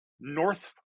north